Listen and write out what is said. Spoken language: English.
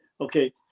okay